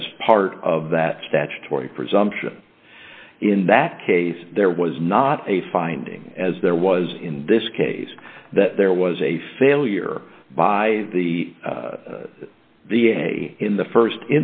as part of that statutory presumption in that case there was not a finding as there was in this case that there was a failure by the the a in the